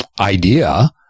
idea